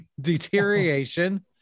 deterioration